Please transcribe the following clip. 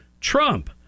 Trump